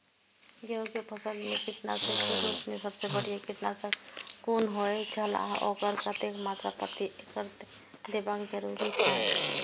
गेहूं के फसल मेय कीटनाशक के रुप मेय सबसे बढ़िया कीटनाशक कुन होए छल आ ओकर कतेक मात्रा प्रति एकड़ देबाक जरुरी छल?